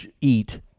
eat